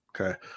Okay